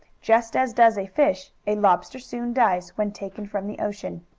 just as does a fish, a lobster soon dies when taken from the ocean.